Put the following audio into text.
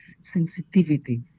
sensitivity